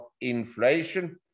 inflation